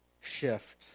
shift